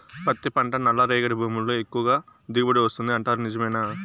పత్తి పంట నల్లరేగడి భూముల్లో ఎక్కువగా దిగుబడి వస్తుంది అంటారు నిజమేనా